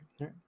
right